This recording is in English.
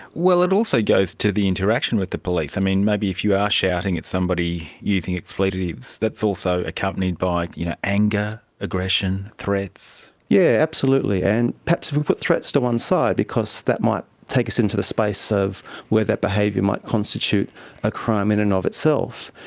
well, it also goes to the interaction with the police. and maybe if you are shouting at somebody, using expletives, that's also accompanied by you know anger, aggression, threats. yes, yeah absolutely, and perhaps if we put threats to one side because that might take us into the space of where that behaviour might constitute a crime in and of itself,